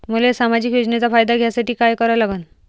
मले सामाजिक योजनेचा फायदा घ्यासाठी काय करा लागन?